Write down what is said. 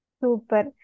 Super